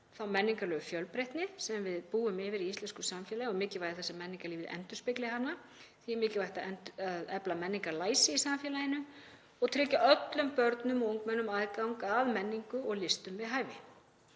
þá menningarlegu fjölbreytni sem við búum yfir í íslensku samfélagi og mikilvægi þess að menningarlífið endurspegli hana. Því er mikilvægt að efla menningarlæsi í samfélaginu og tryggja öllum börnum og ungmennum aðgang að menningu og listum við hæfi.